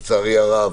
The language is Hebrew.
לצערי הרב,